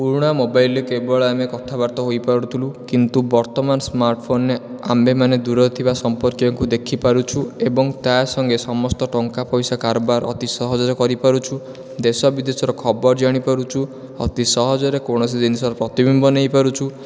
ପୁରୁଣା ମୋବାଇଲ୍ରେ କେବଳ ଆମେ କଥାବାର୍ତ୍ତା ହୋଇପାରୁଥିଲୁ କିନ୍ତୁ ବର୍ତ୍ତମାନ ସ୍ମାର୍ଟ୍ ଫୋନ୍ରେ ଆମ୍ଭେମାନେ ଦୂରରେ ଥିବା ସମ୍ପର୍କୀୟଙ୍କୁ ଦେଖିପାରୁଛୁ ଏବଂ ତା ସଙ୍ଗେ ସମସ୍ତ ଟଙ୍କା ପଇସା କାରବାର ଅତି ସହଜରେ କରିପାରୁଛୁ ଦେଶ ବିଦେଶର ଖବର ଜାଣିପାରୁଛୁ ଅତି ସହଜରେ କୌଣସି ଜିନିଷର ପ୍ରତିବିମ୍ବ ନେଇ ପାରୁଛୁ